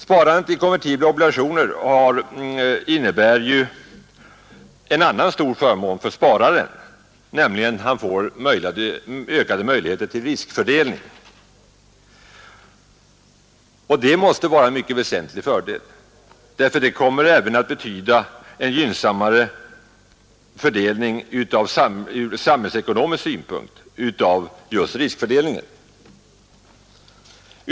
Sparandet i konvertibla obligationer innebär en annan stor fördel för spararen. Han får nämligen ökade möjligheter till riskfördelning och detta måste vara en mycket väsentlig fördel. Systemet betyder även en gynnsammare fördelning ur samhällsekonomisk synpunkt av just riskerna.